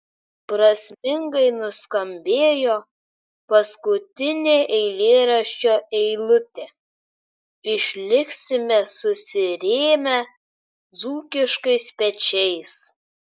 prasmingai nuskambėjo paskutinė eilėraščio eilutė išliksime susirėmę dzūkiškais pečiais